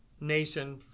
nation